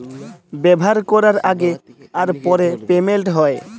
ব্যাভার ক্যরার আগে আর পরে পেমেল্ট হ্যয়